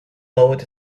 lowered